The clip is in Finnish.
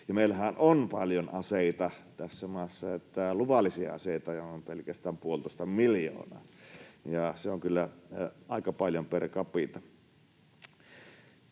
Meillähän on paljon aseita tässä maassa, luvallisia aseita jo on pelkästään puolitoista miljoonaa, ja se on kyllä aika paljon per capita.